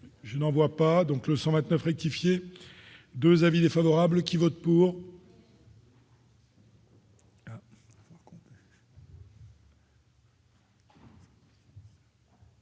je n'en vois pas donc le 129 rectifier 2 avis défavorables qui vote pour.